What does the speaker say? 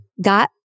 got